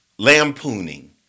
Lampooning